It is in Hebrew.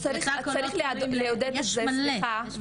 יש מלא.